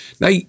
Now